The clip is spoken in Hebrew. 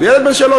ילד בן שלוש.